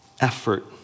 effort